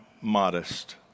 modest